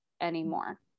anymore